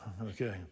okay